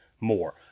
more